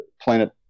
planet